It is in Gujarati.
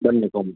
બંને બંને